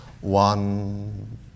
one